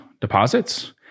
deposits